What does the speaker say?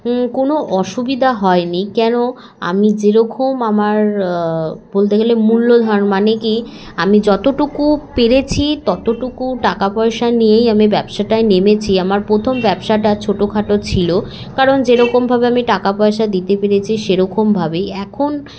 কোনো অসুবিধা হয়নি কেন আমি যেরকম আমার বলতে গেলে মূল্যধন মানে কি আমি যতটুকু পেরেছি ততটুকু টাকা পয়সা নিয়েই আমি ব্যবসাটায় নেমেছি আমার প্রথম ব্যবসাটা ছোটোখাটো ছিল কারণ যেরকমভাবে আমি টাকা পয়সা দিতে পেরেছি সেরকমভাবেই এখন